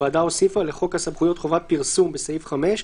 הוועדה הוסיפה לחוק הסמכויות חובת פרסום, בסעיף 5,